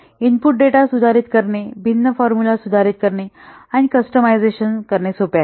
input data सुधारित करणे भिन्न फॉर्मुला सुधारणे आणि कॅस्टमाइझ करणे सोपे आहे